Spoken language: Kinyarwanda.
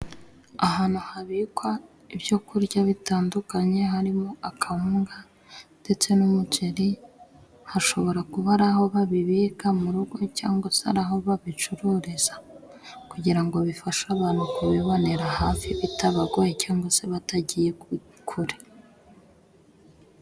Ahantu habikwa ibyo kurya bitandukanye harimo: akawunga ndetse n'umuceri. Hashobora kuba ari aho babibika, mu rugo cyangwa se ari aho babicururiza, kugira ngo bifashe abantu kubibonera hafi bitabagoye, cyangwa se batagiye kure.